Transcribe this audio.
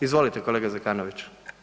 Izvolite kolega Zekanović.